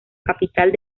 capital